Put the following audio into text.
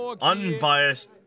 unbiased